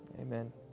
Amen